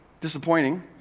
disappointing